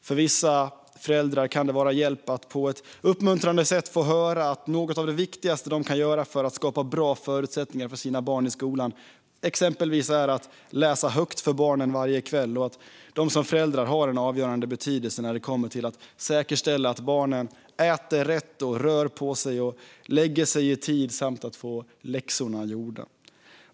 För vissa föräldrar kan det vara till hjälp att på ett uppmuntrande sätt få höra att något av det viktigaste de kan göra för att skapa bra förutsättningar för sina barn i skolan är att exempelvis läsa högt för barnen varje kväll samt att de som föräldrar har en avgörande betydelse för att säkerställa att barnen äter rätt, rör på sig, lägger sig i tid och får läxorna gjorda.